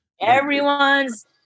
Everyone's